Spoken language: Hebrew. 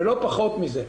לא פחות מזה.